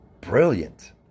brilliant